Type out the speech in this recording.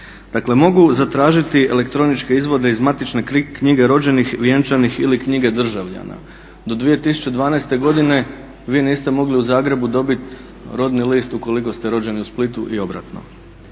mogu zatražiti elektroničke izvode iz matične knjige rođenih, vjenčanih ili knjige državljana. Do 2012. godine vi niste mogli u Zagrebu dobiti rodni list ukoliko ste rođeni u Splitu i obratno.